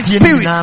spirit